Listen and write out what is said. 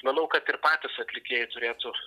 manau kad ir patys atlikėjai turėtų